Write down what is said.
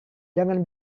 jangan